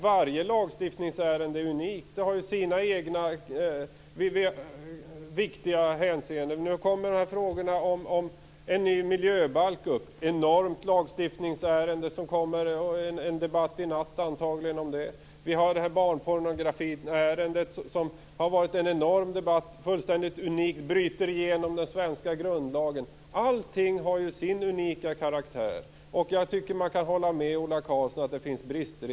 Varje lagstiftningsärende är unikt. Nu kommer frågan om en ny miljöbalk upp. Det är ett enormt lagstiftningsärende. Det blir antagligen en debatt om det i natt. Vi har ärendet om barnpornografi. Det har varit en fullständigt unik debatt som bryter igenom den svenska grundlagen. Allting har sin unika karaktär. Det går att hålla med Ola Karlsson om att det finns brister.